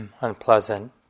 unpleasant